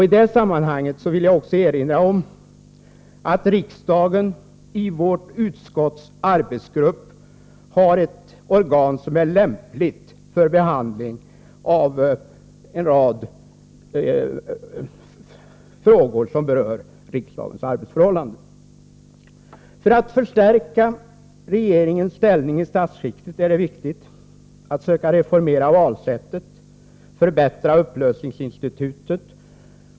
I det sammanhanget vill jag också erinra om att riksdagen i vårt utskotts arbetsgrupp har ett organ som är lämpligt för behandling av en rad frågor som rör riksdagens arbetsförhållanden. För att förstärka regeringens ställning i statsskicket är det viktigt att söka reformera valsättet och förbättra upplösningsinstitutet.